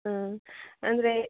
ಹಾಂ ಅಂದರೆ